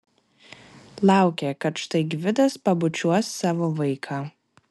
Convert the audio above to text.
laukė kad štai gvidas pabučiuos savo vaiką